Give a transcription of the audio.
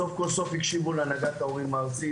סוף כל סוף הקשיבו להנהגת ההורים הארצית